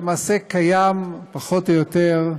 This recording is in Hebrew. שלמעשה קיים, פחות או יותר,